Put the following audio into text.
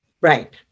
Right